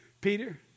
Peter